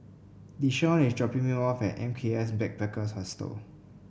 Deshaun is dropping me off at M K S Backpackers Hostel